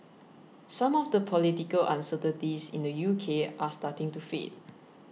some of the political uncertainties in the U K are starting to fade